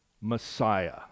Messiah